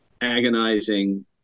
agonizing